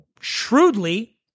shrewdly